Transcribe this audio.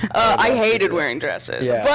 i hated wearing dresses, yeah